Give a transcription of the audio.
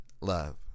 love